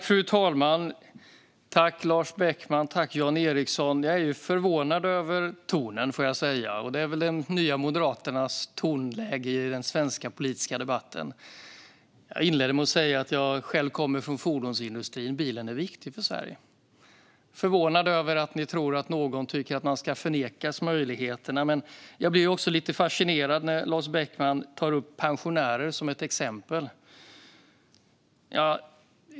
Fru talman! Tack, Lars Beckman och Jan Ericson! Jag är förvånad över tonen, får jag säga, men detta är väl Moderaternas nya tonläge i den svenska politiska debatten. Jag inledde med att säga att jag själv kommer från fordonsindustrin. Bilen är viktig för Sverige. Jag är förvånad över att ni tror att någon tycker att någon ska förnekas de möjligheterna. Jag blir också lite fascinerad när Lars Beckman tar upp pensionärer som ett exempel.